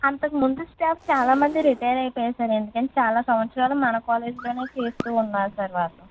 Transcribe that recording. అంతక ముందు స్టాఫ్ చాలమంది రిటైర్ అయిపోయారు సార్ ఎందుకంటే చాలా సంవత్సరాలు మన కాలేజ్లోనే చేస్తూ ఉన్నారు సార్ వాళ్ళు